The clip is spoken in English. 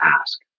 ask